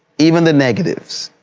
even the negatives,